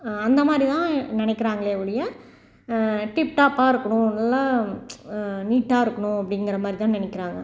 அந்த மாதிரி தான் நினைக்கிறாங்களே ஒழிய டிப்டாப்பாக இருக்குணும் நல்லா நீட்டாக இருக்கணும் அப்படிங்கற மாதிரி தான் நினைக்கிறாங்க